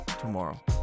tomorrow